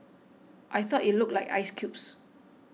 I thought it looked like ice cubes